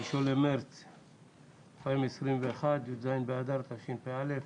היום 1 במרץ 2021, י"ז באדר התשפ"א.